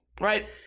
right